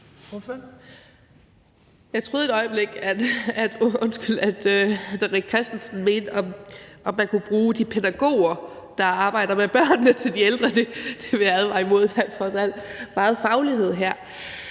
Jeg troede et øjeblik, at hr. René Christensen mente, at man kunne bruge de pædagoger, der arbejder med børnene, til de ældre, og det vil jeg advare imod, for der er trods alt meget faglighed her.